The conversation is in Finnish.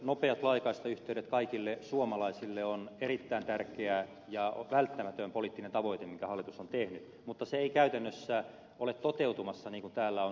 nopeat laajakaistayhteydet kaikille suomalaisille on erittäin tärkeä ja välttämätön poliittinen tavoite minkä hallitus on tehnyt mutta se ei käytännössä ole toteutumassa niin kuin täällä on todettu